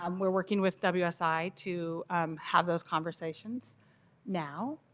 um we're working with wsi to have those conversations now.